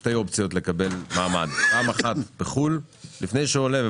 שתי אופציות לקבל מעמד, בחו"ל לפני שהוא עולה, או